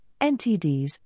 NTDs